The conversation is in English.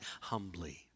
humbly